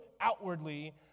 outwardly